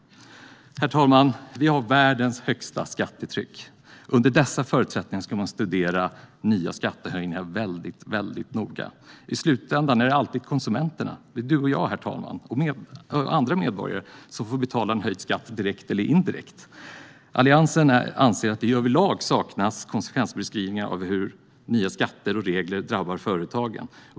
Herr talman! Vi har världens högsta skattetryck. Under dessa förutsättningar ska man studera nya skattehöjningar väldigt noga. I slutändan är det alltid konsumenterna - du och jag, herr talman - och andra medborgare som får betala en höjd skatt, direkt eller indirekt. Alliansen anser att det överlag saknas konsekvensbeskrivningar av hur nya skatter och regler drabbar företagen.